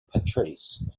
patrese